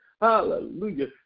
hallelujah